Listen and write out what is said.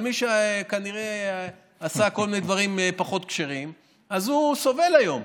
אבל מי שעשה כל מיני דברים פחות כשרים סובל היום,